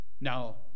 Now